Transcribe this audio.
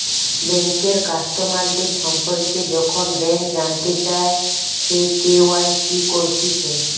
বেঙ্কের কাস্টমারদের সম্পর্কে যখন ব্যাংক জানতে চায়, সে কে.ওয়াই.সি করতিছে